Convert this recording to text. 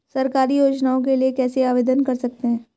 सरकारी योजनाओं के लिए कैसे आवेदन कर सकते हैं?